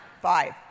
Five